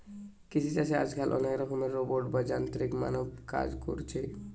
কৃষি চাষে আজকাল অনেক রকমের রোবট বা যান্ত্রিক মানব কাজ কোরছে